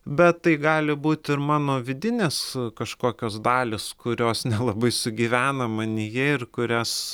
bet tai gali būti ir mano vidinės kažkokios dalys kurios nelabai sugyvena manyje ir kurias